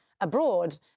abroad